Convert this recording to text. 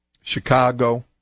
Chicago